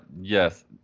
yes